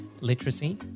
literacy